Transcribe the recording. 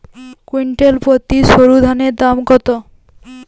Quintal প্রতি সরুধানের দাম কত?